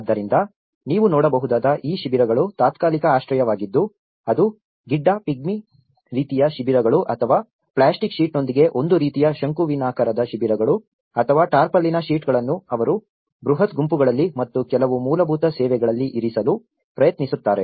ಆದ್ದರಿಂದ ನೀವು ನೋಡಬಹುದಾದ ಈ ಶಿಬಿರಗಳು ತಾತ್ಕಾಲಿಕ ಆಶ್ರಯವಾಗಿದ್ದು ಅದು ಗಿಡ್ಡ ರೀತಿಯ ಶಿಬಿರಗಳು ಅಥವಾ ಪ್ಲಾಸ್ಟಿಕ್ ಶೀಟ್ನೊಂದಿಗೆ ಒಂದು ರೀತಿಯ ಶಂಕುವಿನಾಕಾರದ ಶಿಬಿರಗಳು ಅಥವಾ ಟಾರ್ಪಾಲಿನ್ ಶೀಟ್ಗಳನ್ನು ಅವರು ಬೃಹತ್ ಗುಂಪುಗಳಲ್ಲಿ ಮತ್ತು ಕೆಲವು ಮೂಲಭೂತ ಸೇವೆಗಳಲ್ಲಿ ಇರಿಸಲು ಪ್ರಯತ್ನಿಸುತ್ತಾರೆ